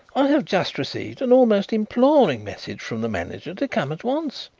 i have just received an almost imploring message from the manager to come at once.